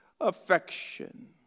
affection